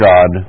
God